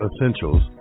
Essentials